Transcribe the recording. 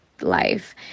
life